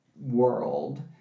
world